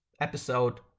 episode